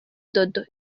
dodo